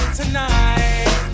tonight